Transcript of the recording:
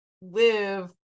live